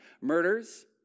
Murders